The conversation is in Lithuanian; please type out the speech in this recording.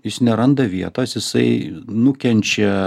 jis neranda vietos jisai nukenčia